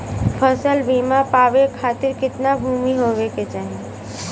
फ़सल बीमा पावे खाती कितना भूमि होवे के चाही?